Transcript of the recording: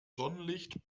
sonnenlicht